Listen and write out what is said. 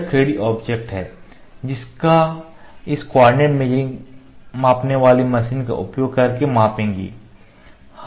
यह एक 3D object है जिसको इस कोऑर्डिनेट मापने वाली मशीन का उपयोग करके मांपेंगे